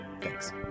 thanks